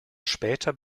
später